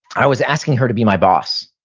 i was asking her to be my boss.